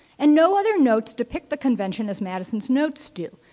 and no other notes depict the convention as madison's notes do,